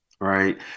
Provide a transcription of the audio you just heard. right